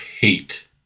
hate